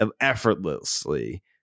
effortlessly